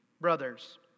brothers